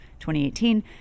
2018